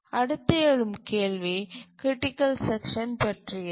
அடுத்து எழும் கேள்வி க்ரிட்டிக்கல் செக்ஷன் பற்றியது